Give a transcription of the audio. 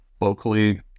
locally